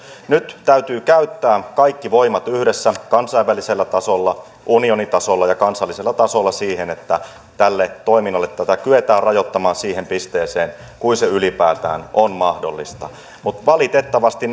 nyt täytyy käyttää kaikki voimat yhdessä kansainvälisellä tasolla unionitasolla ja kansallisella tasolla siihen että tätä toimintaa kyetään rajoittamaan siihen pisteeseen kuin se ylipäätään on mahdollista mutta valitettavasti